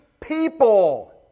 people